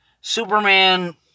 Superman